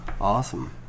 Awesome